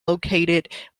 located